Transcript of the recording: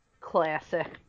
Classic